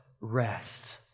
rest